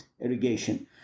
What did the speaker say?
irrigation